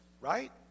right